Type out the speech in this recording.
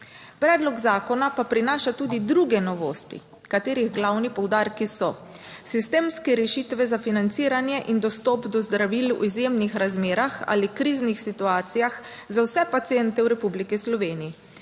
Predlog zakona pa prinaša tudi druge novosti, katerih glavni poudarki so sistemske rešitve za financiranje in dostop do zdravil v izjemnih razmerah ali kriznih situacijah za vse paciente v Republiki Sloveniji.